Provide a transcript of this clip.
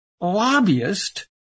lobbyist